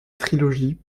trilogie